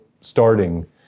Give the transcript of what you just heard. starting